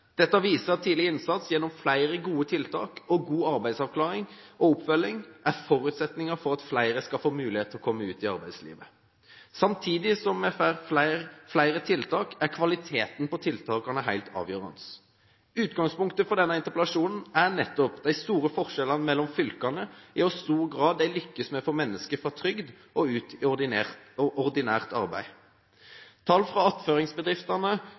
Dette viser at tidlig innsats gjennom flere gode tiltak og god arbeidsavklaring og oppfølging er forutsetningen for at flere skal få mulighet til å komme ut i arbeidslivet. Samtidig som vi får flere tiltak, er kvaliteten på tiltakene helt avgjørende. Utgangspunktet for denne interpellasjonen er nettopp de store forskjellene mellom fylkene i hvor stor grad de lykkes med å få mennesker fra trygd og ut i ordinært arbeid. Tall fra attføringsbedriftene